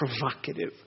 provocative